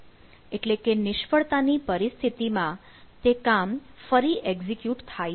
એટલે કે નિષ્ફળતા ની પરિસ્થિતિમાં તે કામ ફરી એક્ઝિક્યુટ થાય છે